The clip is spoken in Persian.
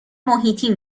محیطی